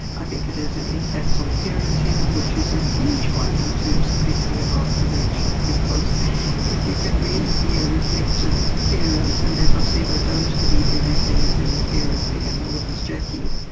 i think it has an impact on parenting, which is a huge one in terms of thinking about prevention because if you can really be a reflective parent, and, as i've said, i don't believe everything is in the parenting, and nor does jacqui,